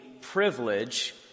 privilege